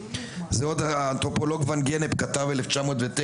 זה עוד האנתרופולוג ואן גנפ כתב ב- 1909,